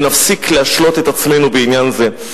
ונפסיק להשלות את עצמנו בעניין זה.